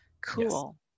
cool